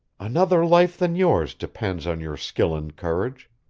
another life than yours depends on your skill and courage.